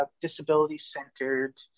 disability-centered